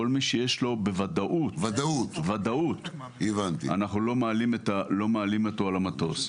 כל מי שיש לגביו ודאות אנחנו לא מעלים על המטוס.